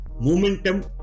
momentum